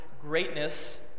greatness